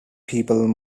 people